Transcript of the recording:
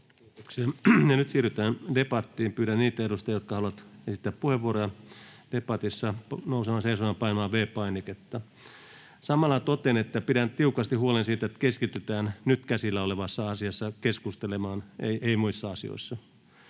— Ja nyt siirrytään debattiin. Pyydän niitä edustajia, jotka haluavat esittää puheenvuoroja debatissa, nousemaan seisomaan ja painamaan V-painiketta. Samalla totean, että pidän tiukasti huolen siitä, että keskitytään keskustelemaan nyt käsillä olevasta asiasta, ei muista asioista.